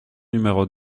numéro